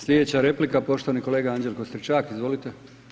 Slijedeća replika poštovni kolega Anđelko Stričak, izvolite.